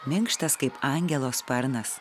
minkštas kaip angelo sparnas